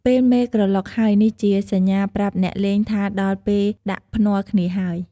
ពេលមេក្រឡុកហើយ នេះជាសញ្ញាប្រាប់អ្នកលេងថាដល់ពេលដាក់ភ្នាល់គ្នាហើយ។